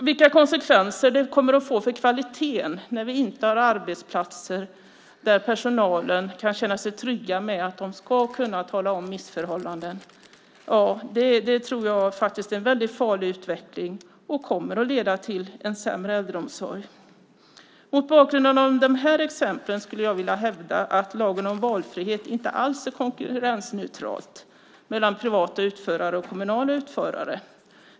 Vilka konsekvenser kommer det att få för kvaliteten när vi inte har arbetsplatser där personalen kan känna sig trygg med att de ska kunna tala om missförhållanden? Det tror jag faktiskt är en väldigt farlig utveckling och kommer att leda till en sämre äldreomsorg. Mot bakgrund av de här exemplen skulle jag vilja hävda att lagen om valfrihet inte alls är konkurrensneutral mellan privata utförare och kommunala utförare.